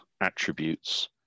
attributes